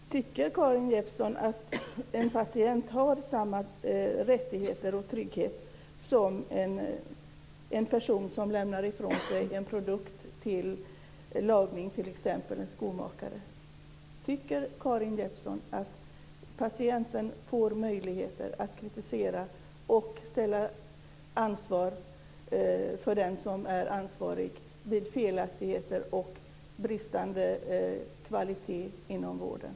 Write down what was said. Fru talman! Tycker Karin Jeppsson att en patient har samma rättigheter och trygghet som en person som lämnar ifrån sig en produkt för lagning, t.ex. till en skomakare? Tycker Karin Jeppsson att patienten får möjligheter att kritisera och ställa den som är ansvarig till ansvar för felaktigheter och bristande kvalitet inom vården?